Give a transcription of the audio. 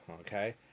okay